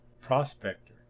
prospector